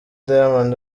diamond